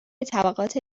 طبقات